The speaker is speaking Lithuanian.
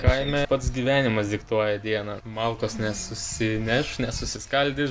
kaime pats gyvenimas diktuoja dieną malkas nesusineš nesusiskaldys